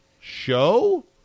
show